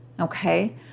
Okay